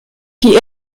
die